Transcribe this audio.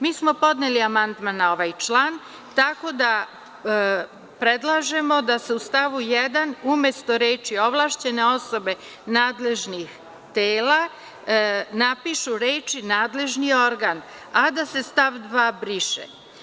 Mi smo podneli amandman na ovaj član, tako da predlažemo da se u stavu 1. umesto reči „ovlašćene osobe nadležnih tela“ napišu reči: „nadležni organ“, a da se stav 2. briše.